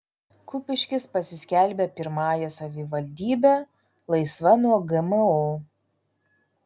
kupiškis pasiskelbė pirmąją savivaldybe laisva nuo gmo